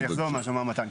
אני אחזור על מה שאמר מתן.